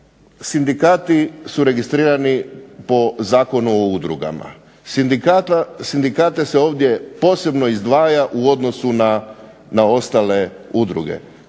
sindikati su registrirani po Zakonu o udrugama. Sindikate se ovdje posebno izdvaja u odnosu na ostale udruge.